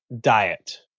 diet